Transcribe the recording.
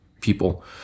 people